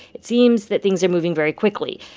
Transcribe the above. it seems that things are moving very quickly.